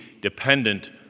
dependent